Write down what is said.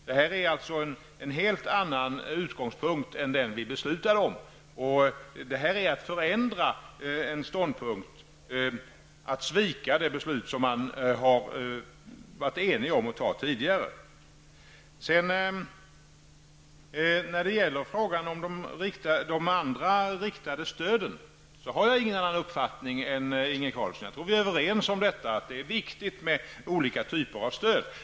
Det här är alltså en helt annan utgångspunkt än den vi beslutade om, och det är att förändra en ståndpunkt och svika det beslut vi i riksdagen tidigare har varit eniga om att fatta. När det gäller frågan om de andra riktade stöden har jag ingen annan uppfattning än Inge Carlsson. Jag tror att vi är överens om att det är viktigt med olika typer av stöd.